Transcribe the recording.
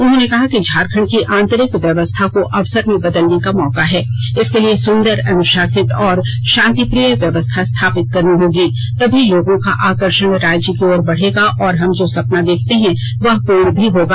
उन्होंने कहा कि झारखण्ड की आंतरिक व्यवस्था को अवसर में बदलने का मौका है इसके लिए सुंदर अनुशासित और शांतिप्रिय व्यवस्था स्थापित करनी होगी तभी लोगों का आकर्षण राज्य की ओर बढ़ेगा और हम जो सपना देखते हैं वह पूर्ण भी होगा